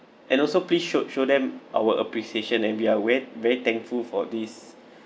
and also please showed show them our appreciation and we are very very thankful for this